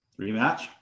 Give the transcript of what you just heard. Rematch